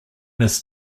his